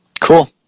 Cool